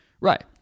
Right